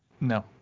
No